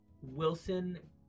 Wilson